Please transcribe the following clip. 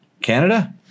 Canada